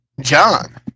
John